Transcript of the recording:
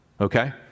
okay